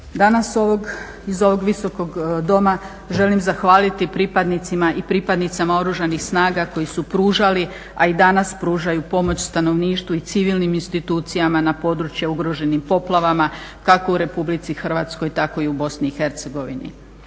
Danas iz ovog Visokog doma želim zahvaliti pripadnicima i pripadnicama Oružanih snaga koji su pružali, a i danas pružaju pomoć stanovništvu i civilnim institucijama na područjima ugroženim poplavama kako u RH tako i u BiH.